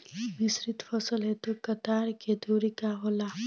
मिश्रित फसल हेतु कतार के दूरी का होला?